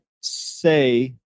say